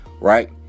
right